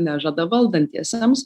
nežada valdantiesiems